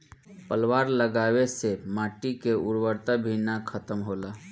पलवार लगावे से माटी के उर्वरता भी ना खतम होला